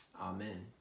Amen